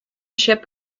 ship